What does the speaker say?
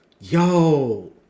Yo